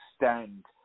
extend